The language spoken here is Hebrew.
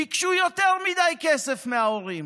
ביקשו יותר מדי כסף מההורים,